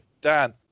Dan